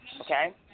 Okay